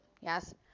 Yes